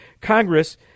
Congress